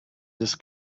this